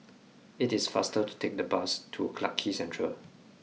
it is faster to take the bus to Clarke Quay Central